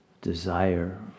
desire